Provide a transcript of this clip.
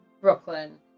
Brooklyn